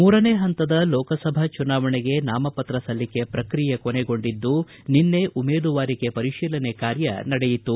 ಮೂರನೇ ಪಂತದ ಲೋಕಸಭಾ ಚುನಾವಣೆಗೆ ನಾಮಪತ್ರ ಸಲ್ಲಿಕೆ ಪ್ರಕ್ರಿಯೆ ಕೊನೆಗೊಂಡಿದ್ದು ನಿನ್ನೆ ಉಮೇದುವಾರಿಕೆ ಪರಿಶೀಲನೆ ಕಾರ್ಯ ನಡೆಯಿತು